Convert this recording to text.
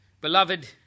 Beloved